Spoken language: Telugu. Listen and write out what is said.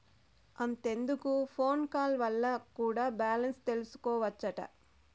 అంతెందుకు ఫోన్ కాల్ వల్ల కూడా బాలెన్స్ తెల్సికోవచ్చట